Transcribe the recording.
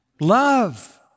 Love